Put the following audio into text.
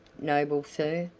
noble sir.